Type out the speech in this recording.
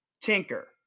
Tinker